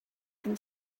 can